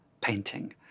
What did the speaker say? painting